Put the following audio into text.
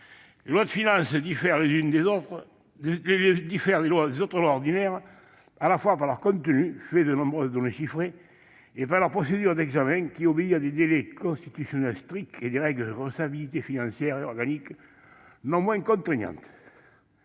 nécessité de la contribution publique [...]». Les lois de finances diffèrent des autres lois ordinaires à la fois par leur contenu, fait de nombreuses données chiffrées, et par leur procédure d'examen, qui obéit à des délais constitutionnels stricts, ainsi qu'à des règles de recevabilité financière et organique non moins contraignantes.